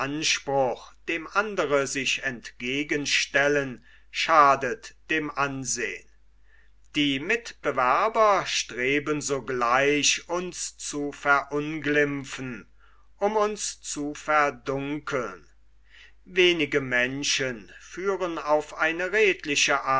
anspruch dem andre sich entgegenstellen schadet dem ansehn die mitbewerber streben sogleich uns zu verunglimpfen um uns zu verdunkeln wenige menschen führen auf eine redliche